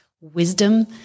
wisdom